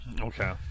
Okay